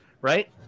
right